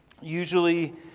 usually